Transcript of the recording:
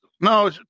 no